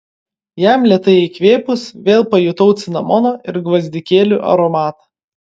jam lėtai įkvėpus vėl pajutau cinamono ir gvazdikėlių aromatą